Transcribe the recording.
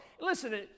Listen